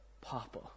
papa